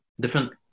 different